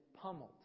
pummeled